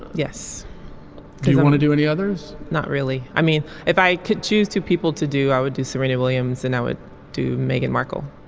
yes. do you want to do any others. not really i mean if i could choose two people to do i would do serena williams and i would do megan marco